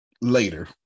later